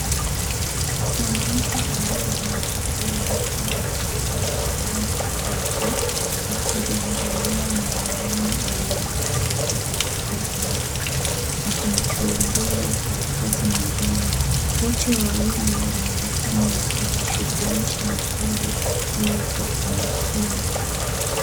Mwanamke aliyevaa kofia nyekundu na shati la rangi tatu akimwangalia mwanaume aliyevaa shati jeupe na miwani akichunguza karatasi mezani. Wote wawili wanaonekana wakijishughulisha na kazi hiyo kwa umakini.